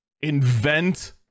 invent